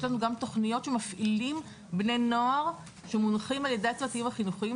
יש לנו גם תוכניות שמפעילים בני נוער שמונחים על-ידי הצוותים החינוכיים,